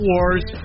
Wars